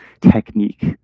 technique